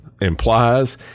implies